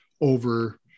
over